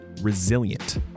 Resilient